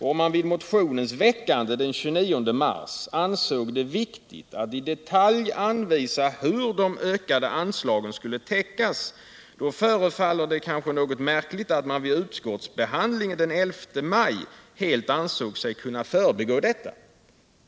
Om man vid motionens väckande den 29 mars ansåg det viktigt att i detalj anvisa hur de ökade anslagen skulle täckas, förefaller det kanske något märkligt att man vid utskottsbehandlingen den 11 maj helt ansåg sig kunna förbigå detta.